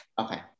Okay